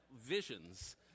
visions